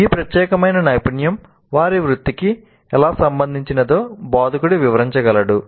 ఈ ప్రత్యేక నైపుణ్యం వారి వృత్తికి ఎలా సంబంధించినదో బోధకుడు వివరించగలడు